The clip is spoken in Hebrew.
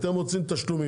אתם רוצים תשלומים,